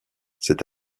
cet